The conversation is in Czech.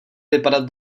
vypadat